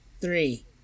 Three